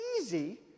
easy